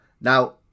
Now